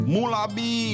Mulabi